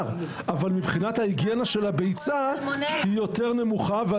מבחינת ההיגיינה של הביצה, היא יותר נמוכה.